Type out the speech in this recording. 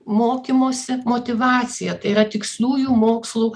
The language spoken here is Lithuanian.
mokymosi motyvaciją tai yra tiksliųjų mokslų